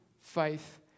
faith